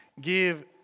Give